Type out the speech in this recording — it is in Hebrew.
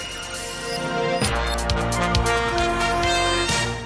חברות וחברי הכנסת,